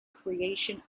creation